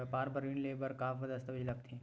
व्यापार बर ऋण ले बर का का दस्तावेज लगथे?